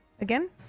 again